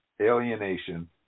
Alienation